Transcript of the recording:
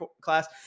class